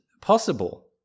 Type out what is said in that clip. possible